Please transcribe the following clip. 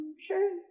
Sure